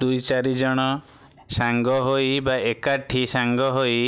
ଦୁଇ ଚାରି ଜଣ ସାଙ୍ଗ ହୋଇ ବା ଏକାଠି ସାଙ୍ଗ ହୋଇ